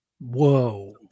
Whoa